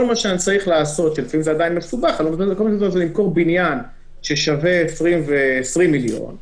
כל מה שאני לעשות זה למכור בניין ששווה 20 והנה,